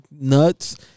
nuts